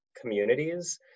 communities